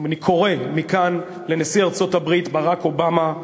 אני קורא מכאן, לנשיא ארצות-הברית ברק אובמה,